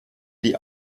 die